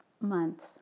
months